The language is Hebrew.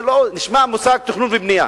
זה נשמע מושג, תכנון ובנייה,